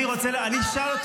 אני רוצה לנצח?